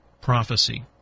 prophecy